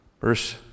Verse